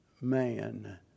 man